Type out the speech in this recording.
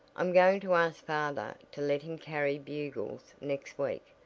i'm going to ask father to let him carry bugles next week.